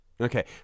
Okay